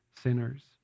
sinners